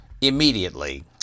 immediately